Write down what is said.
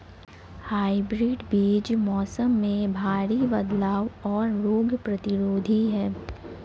hybrid बीज मौसम में भारी बदलाव और रोग प्रतिरोधी हैं